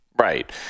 Right